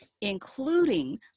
including